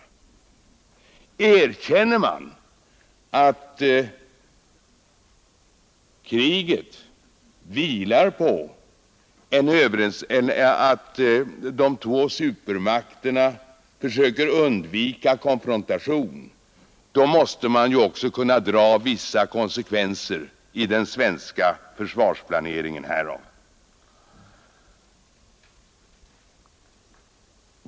Erkänner man att kriget vilar på att de två supermakterna försöker undvika konfrontation, måste man också kunna dra vissa konsekvenser i den svenska försvarsplaneringen härav.